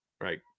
right